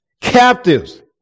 captives